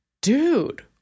dude